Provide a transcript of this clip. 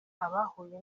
abahuye